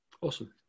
Awesome